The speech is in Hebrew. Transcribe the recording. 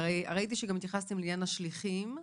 ראיתי שגם התייחסתם לעניין השליחים,